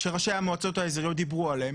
שראשי המועצות האזוריות דיברו עליהן,